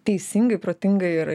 teisingai protingai ir